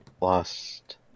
lost